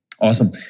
awesome